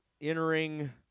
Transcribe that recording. entering